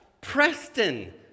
Preston